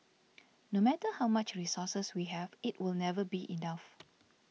no matter how much resources we have it will never be enough